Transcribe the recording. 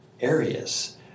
areas